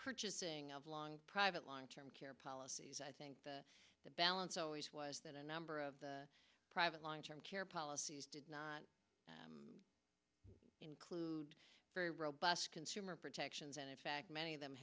purchasing of long private long term care policies i think that the balance always was that a number of the private long term care policies did not include very robust consumer protections and in fact many of